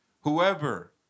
Whoever